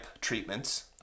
treatments